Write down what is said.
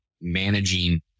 managing